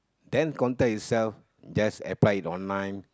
then contact itself just apply it online